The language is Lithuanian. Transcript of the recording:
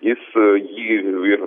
jis jį ir